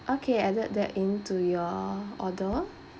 okay added that into your order